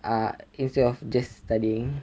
uh instead of just studying